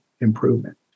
improvement